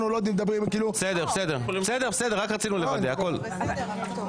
בוועדה יכהנו חברי הכנסת על פי ההרכב הבא: סיעת הליכוד,